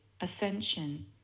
ascension